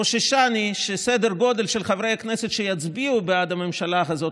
חוששני שסדר גודל של חברי הכנסת שיצביעו בעד הממשלה הזאת,